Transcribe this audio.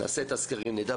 נעשה את הסקרים ונדע.